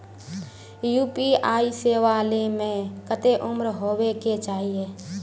UPI सेवा ले में कते उम्र होबे के चाहिए?